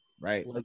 Right